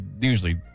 Usually